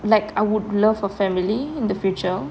like I would love for family in the future